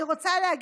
אני רוצה להגיד,